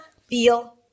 feel